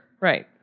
Right